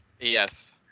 Yes